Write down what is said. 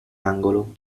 angolo